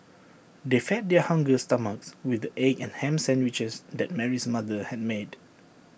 they fed their hungry stomachs with the egg and Ham Sandwiches that Mary's mother had made